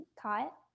caught